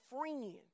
friend